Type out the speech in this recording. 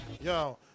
Yo